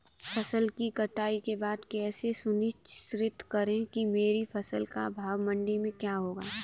फसल की कटाई के बाद कैसे सुनिश्चित करें कि मेरी फसल का भाव मंडी में क्या होगा?